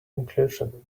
conclusion